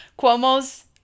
Cuomo's